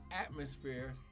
atmosphere